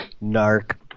Nark